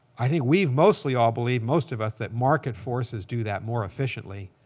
i think we mostly all believe, most of us, that market forces do that more efficiently.